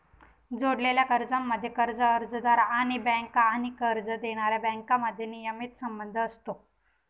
जोडलेल्या कर्जांमध्ये, कर्ज अर्जदार आणि बँका आणि कर्ज देणाऱ्या बँकांमध्ये नियमित संबंध असतो